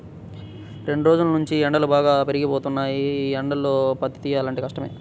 రెండ్రోజుల్నుంచీ ఎండలు బాగా పెరిగిపోయినియ్యి, యీ ఎండల్లో పత్తి తియ్యాలంటే కష్టమే